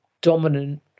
dominant